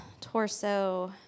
torso